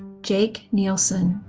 jake nielson.